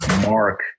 Mark